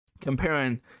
comparing